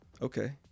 Okay